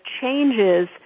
changes